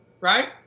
right